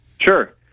Sure